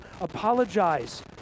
apologize